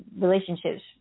relationships